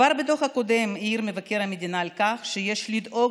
כבר בדוח הקודם העיר מבקר המדינה שיש לדאוג